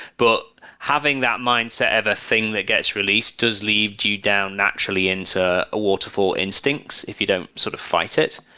but having that mindset of a thing that gets released does lead you down actually into a waterfall instinct if you don't sort of fight it.